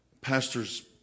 pastors